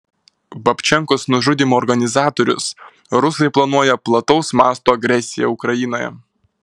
babčenkos nužudymo organizatorius rusai planuoja plataus masto agresiją ukrainoje